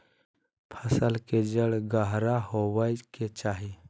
फसल के जड़ गहरा होबय के चाही